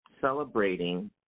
celebrating